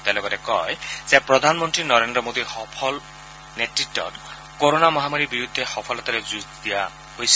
তেওঁ লগতে কয় যে প্ৰধানমন্ত্ৰী নৰেন্দ্ৰ মোডীৰ সৱল নেতৃত্বত কোৰোণা মহামাৰীৰ বিৰুদ্ধে সফলতাৰে যুঁজ দিয়া হৈছে